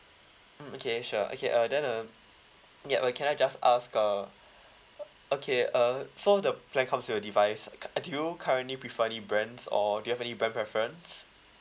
mm okay sure okay uh then uh yup uh can I just ask uh okay uh so the plan comes with a device uh do you currently prefer any brands or do you have any brand preference